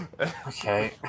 okay